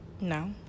No